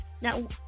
Now